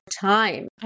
time